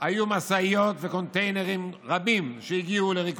את התיקון הזה היום אנחנו רוצים להשיב